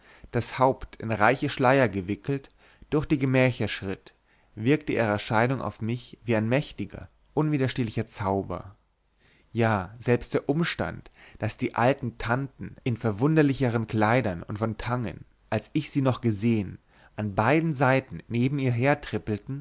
das haupt in reiche schleier gewickelt durch die gemächer schritt wirkte ihre erscheinung auf mich wie ein mächtiger unwiderstehlicher zauber ja selbst der umstand daß die alten tanten in verwunderlicheren kleidern und fontangen als ich sie noch gesehen an beiden seiten neben ihr her trippelten